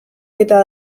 eta